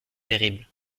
terrible